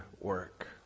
work